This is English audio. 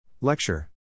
Lecture